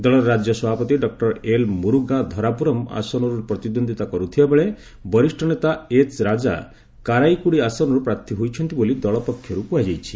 ଦଳର ରାଜ୍ୟ ସଭାପତି ଡକୁର ଏଲ ମୁରୁଗାଁ ଧରାପୁରମ ଆସନରୁ ପ୍ରତିଦ୍ୱନ୍ଦ୍ୱିତା କରୁଥିବାବେଳେ ବରିଷ୍ଣ ନେତା ଏଚ ରାଜା କାରାଇକୁଡି ଆସନରୁ ପ୍ରାର୍ଥୀ ହୋଇଛନ୍ତି ବୋଲି ଦଳ ପକ୍ଷରୁ କୁହାଯାଇଛି